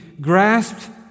grasped